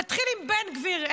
נתחיל עם בן גביר,